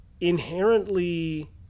inherently